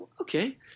okay